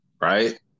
Right